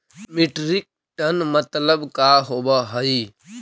Metric tonne मतलब का होव हइ?